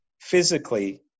physically